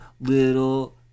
little